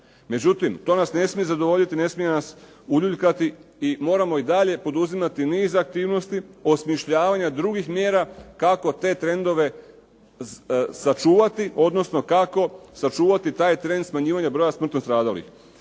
Međutim, to nas ne smije zadovoljiti, ne smije nas uljuljkati i moramo i dalje poduzimati niz aktivnosti osmišljavanja drugih mjera kako te trendove sačuvati odnosno kako sačuvati taj trend smanjivanja broja smrtno stradalih.